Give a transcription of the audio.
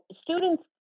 students